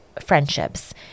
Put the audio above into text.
friendships